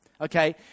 Okay